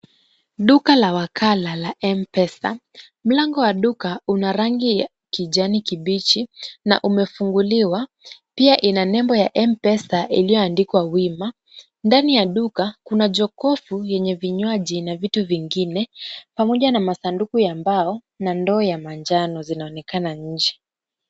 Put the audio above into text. Duka la wakala la M-Pesa, mlango wa duka una rangi ya kijani kibichi na umefunguliwa. Pia ina nembo ya M-Pesa iliyoandikwa wima, ndani ya duka kuna jokofu yenye vinywaji na vitu vingine pamoja na masanduku ya mbao na ndoo ya manjano zinaonekana nje.